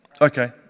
okay